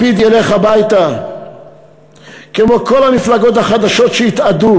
לפיד ילך הביתה כמו כל המפלגות החדשות שהתאדו.